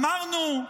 אמרנו: